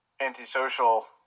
antisocial